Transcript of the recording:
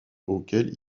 auquel